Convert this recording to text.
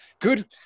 good